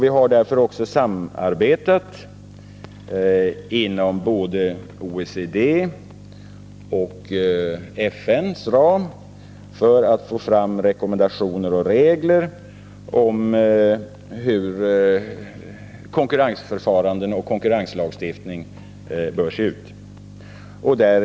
Vi har därför också samarbetat både inom OECD och inom FN:s ram för att få fram rekommendationer och regler för hur konkurrensförfaranden och konkurrenslagstiftning bör se ut.